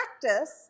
practice